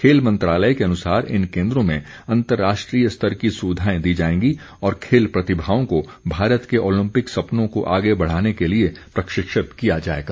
खेल मंत्रालय के अनुसार इन केन्द्रों में अंतर्राष्ट्रीय स्तर की सुविधाएं दी जाएंगी और खेल प्रतिभाओं को भारत के ओलंपिक सपनों को आगे बढ़ाने के लिए प्रशिक्षित किया जाएगा